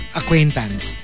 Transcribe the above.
acquaintance